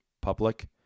public